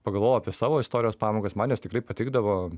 pagalvojau apie savo istorijos pamokas man jos tikrai patikdavo